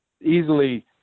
easily